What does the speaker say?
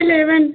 eleven